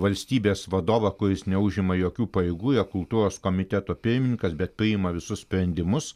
valstybės vadovą kuris neužima jokių pareigų jo kultūros komiteto pirmininkas bet priima visus sprendimus